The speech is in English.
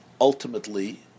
ultimately